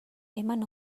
eman